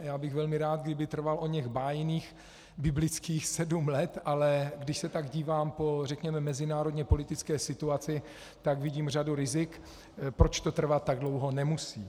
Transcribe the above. Já bych velmi rád, kdyby trval oněch bájných biblických sedm let, ale když se tak dívám řekněme po mezinárodněpolitické situaci, tak vidím řadu rizik, proč to trvat tak dlouho nemusí.